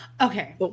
Okay